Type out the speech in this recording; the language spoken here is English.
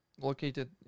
located